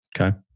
okay